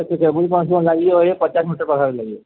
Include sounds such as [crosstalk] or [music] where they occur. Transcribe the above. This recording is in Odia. ଏ [unintelligible] ଲାଗିବ ଏ ପଚାଶ ମିଟର ପାଖପାଖି ଲାଗିବ